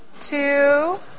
two